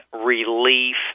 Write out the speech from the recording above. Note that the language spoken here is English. relief